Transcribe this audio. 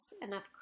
enough